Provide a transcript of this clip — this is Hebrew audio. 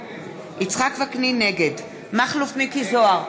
נגד מכלוף מיקי זוהר,